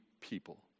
people